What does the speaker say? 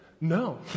No